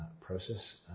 process